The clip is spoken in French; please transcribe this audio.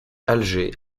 alger